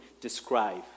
describe